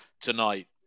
tonight